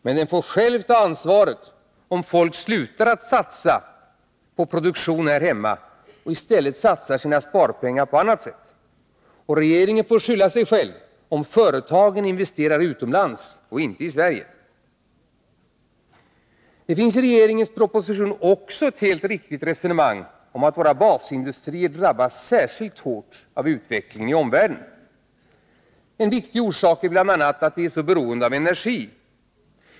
Men den får själv ta ansvaret om folk slutar att satsa på produktionen här hemma och i stället satsar sina sparpengar på annat sätt, och regeringen får skylla sig själv om företagen investerar utomlands och inte i Sverige. I regeringens proposition finns också ett helt riktigt resonemang om att våra basindustrier drabbas särskilt hårt av utvecklingen i omvärlden. En viktig orsak är bl.a. att de är så beroende av energi.